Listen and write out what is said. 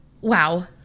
Wow